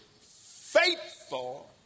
faithful